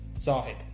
Zahid